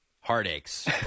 heartaches